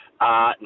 No